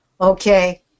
Okay